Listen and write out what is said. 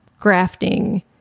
grafting